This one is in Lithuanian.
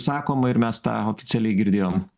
sakoma ir mes tą oficialiai girdėjom